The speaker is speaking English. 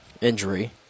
injury